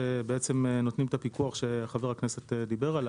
שבעצם נותנים את הפיקוח שחבר הכנסת דיבר עליו.